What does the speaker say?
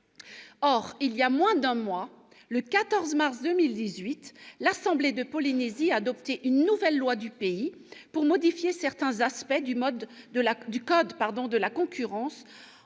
Or il y a moins d'un mois, le 14 mars 2018, l'assemblée de la Polynésie a adopté une nouvelle loi du pays pour modifier certains aspects du code de la concurrence,